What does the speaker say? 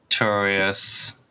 Notorious